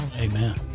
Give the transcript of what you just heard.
Amen